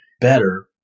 better